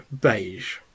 beige